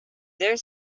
there